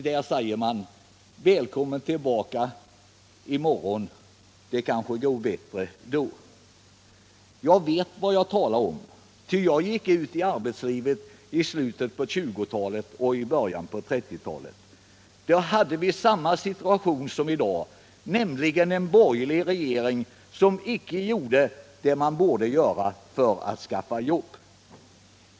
Där säger man: ”Välkommen tillbaka i morgon, det kanske går bättre då.” Jag vet vad jag talar om, ty jag gick ut i arbetslivet i slutet på 1920-talet och i början på 1930-talet. Då hade vi samma situation som i dag, nämligen en borgerlig regering som inte gjorde vad den borde göra för att skaffa jobb.